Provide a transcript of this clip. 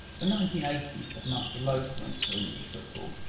the nineteen eighty s had marked a low point for english football.